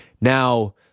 Now